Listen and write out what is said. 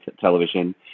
television